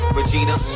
Regina